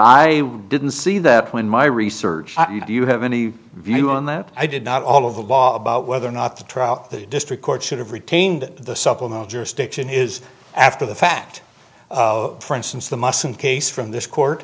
i didn't see that when my research did you have any view on that i did not all of the law about whether or not the trial the district court should have retained the supplemental jurisdiction is after the fact for instance the mustn't case from this court